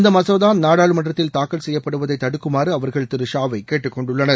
இந்த மசோதா நாடாளுமன்றத்தில் தாக்கல் செய்யப்படுவதை தடுக்குமாறு அவர்கள் திரு ஷாவை கேட்டுக்கொண்டுள்ளனர்